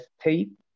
tape